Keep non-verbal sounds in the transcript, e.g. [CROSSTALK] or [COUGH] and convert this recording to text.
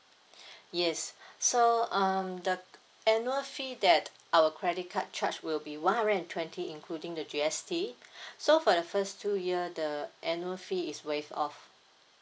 [BREATH] yes so uh the annual fee that our credit card charge will be one hundred and twenty including the G_S_T [BREATH] so for the first two year the annual fee is waived off